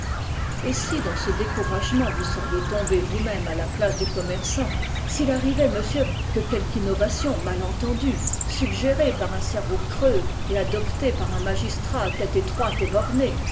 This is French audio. et si dans ce découragement où vous seriez tombé vous-même à la place du commerçant s'il arrivait monsieur que quelque innovation mal entendue suggérée par un cerveau creux et adoptée par un magistrat à tête étroite et bornée